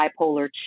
bipolar